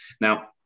now